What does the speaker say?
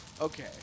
Okay